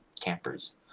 campers